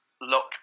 look